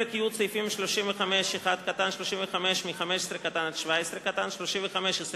פרק י', סעיפים 35(1), 35(15) (17), 35(20)